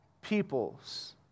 peoples